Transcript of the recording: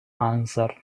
answered